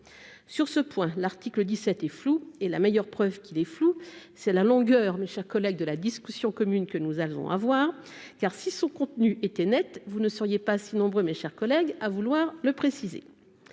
sur ce point, l'article 17 est flou et la meilleure preuve qu'il est flou, c'est la longueur mais, chers collègues de la discussion commune que nous allons avoir, car si son contenu était net vous ne seriez pas si nombreux, mes chers collègues, à vouloir le préciser